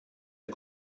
der